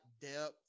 depth